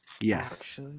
Yes